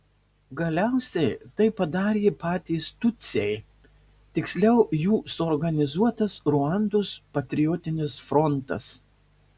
galiausiai tai padarė patys tutsiai tiksliau jų suorganizuotas ruandos patriotinis frontas